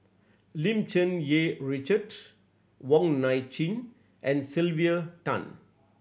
Lim Cherng Yih Richard Wong Nai Chin and Sylvia Tan